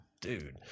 Dude